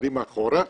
קדימה ואחורה,